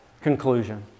conclusion